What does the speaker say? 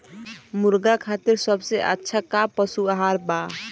मुर्गा खातिर सबसे अच्छा का पशु आहार बा?